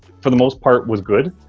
for the most part, was good.